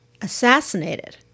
Assassinated